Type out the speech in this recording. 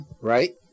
Right